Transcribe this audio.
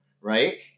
right